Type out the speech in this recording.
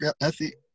ethic